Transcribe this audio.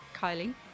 Kylie